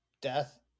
death